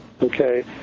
Okay